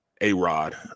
A-Rod